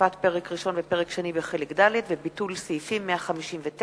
הוספת פרק ראשון ופרק שני בחלק ד' וביטול סעיפים 159,